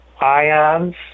ions